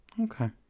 Okay